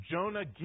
Jonah